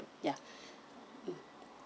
ya